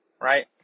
Right